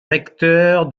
recteur